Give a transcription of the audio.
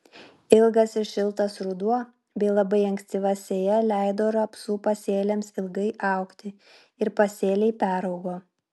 ilgas ir šiltas ruduo bei labai ankstyva sėja leido rapsų pasėliams ilgai augti ir pasėliai peraugo